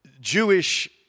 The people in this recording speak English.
Jewish